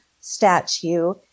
statue